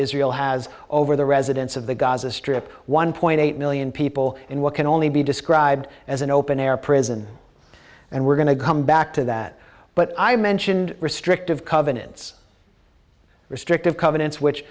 israel has over the residents of the gaza strip one point eight million people in what can only be described as an open air prison and we're going to come back to that but i mentioned restrictive covenants restrictive co